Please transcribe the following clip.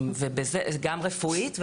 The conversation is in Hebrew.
גם רפואית,